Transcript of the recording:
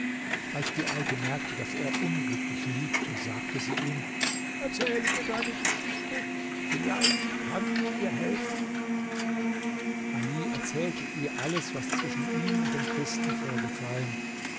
als die alte merkte daß er unglücklich liebte sagte sie ihm erzähle mir deine geschichte vielleicht kann ich dir helfen ali erzählte ihr alles was zwischen ihm und dem christen vorgefallen